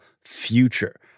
future